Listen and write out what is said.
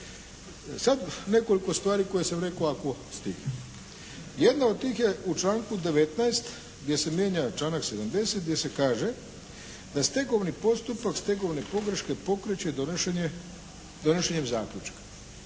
Sad nekoliko stvari koje sam rekao ako stignem. Jedna od tih je u članku 19. gdje se mijenja članak 70. gdje se kaže da stegovni postupak, stegovne pogreške pokreće donošenjem zaključka.